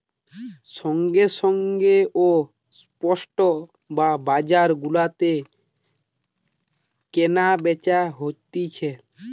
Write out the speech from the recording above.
সঙ্গে সঙ্গে ও স্পট যে বাজার গুলাতে কেনা বেচা হতিছে